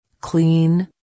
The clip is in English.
Clean